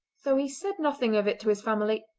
though he said nothing of it to his family,